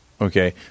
Okay